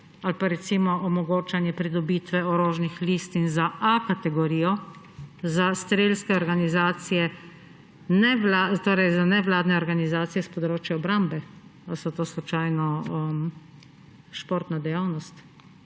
ali pa recimo omogočanje pridobitve orožnih listin za A-kategorijo za strelske organizacije, torej za nevladne organizacije s področja obrambe. A je to slučajno športna dejavnost?